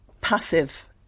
passive